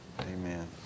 amen